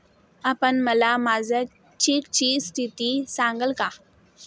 आपण मला माझ्या चेकची स्थिती सांगाल का?